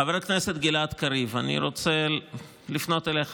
חבר הכנסת גלעד קריב, אני רוצה לפנות אליך